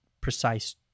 precise